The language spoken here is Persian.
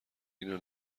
اینو